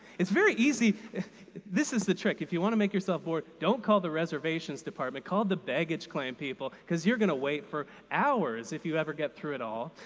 it's very easy this is the trick if you want to make yourself bored, don't call the reservations department, call the baggage claim people because you're going to wait hours, if you ever get through at all.